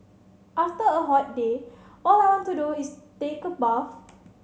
after a hot day all I want to do is take a bath